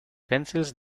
pencils